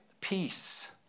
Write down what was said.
peace